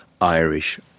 Irish